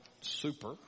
super